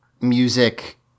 music